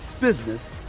business